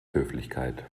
höflichkeit